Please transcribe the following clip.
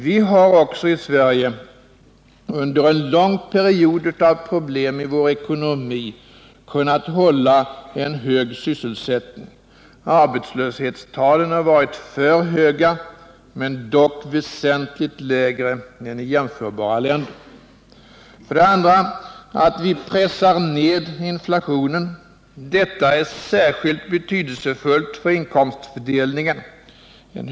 Vi har också i Sverige under en lång period av problem i vår ekonomi kunnat hålla en hög sysselsättning. Arbetslöshetstalen har varit för höga men väsentligt lägre än i jämförbara länder. 2. Att vi pressar ned inflationen. Detta är särskilt betydelsefullt för inkomstfördelningen.